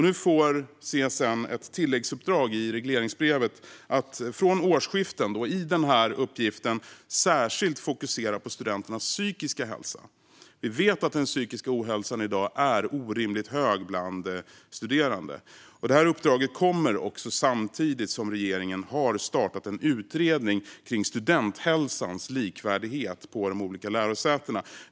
Nu får CSN ett tilläggsuppdrag i regleringsbrevet att från årsskiftet, i den här uppgiften, särskilt fokusera på studenternas psykiska hälsa. Vi vet att den psykiska ohälsan i dag är orimligt hög bland studerande. Detta uppdrag kommer samtidigt som regeringen har startat en utredning kring studenthälsans likvärdighet på de olika lärosätena.